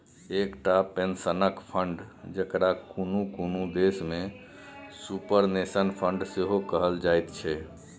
एकटा पेंशनक फंड, जकरा कुनु कुनु देश में सुपरनेशन फंड सेहो कहल जाइत छै